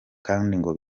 kandi